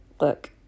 look